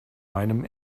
meinem